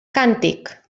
càntic